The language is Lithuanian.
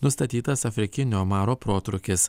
nustatytas afrikinio maro protrūkis